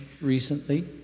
recently